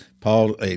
Paul